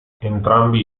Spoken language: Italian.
entrambi